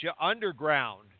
Underground